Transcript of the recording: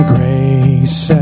Grace